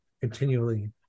continually